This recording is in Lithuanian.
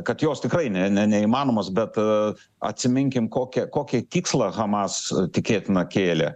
kad jos tikrai ne ne neįmanomos bet atsiminkim kokia kokį tikslą hamas tikėtina kėlė